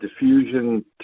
diffusion